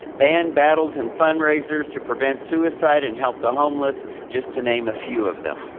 band battles and fundraisers to prevent suicide and help the homeless just to name a few of them.